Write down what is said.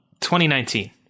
2019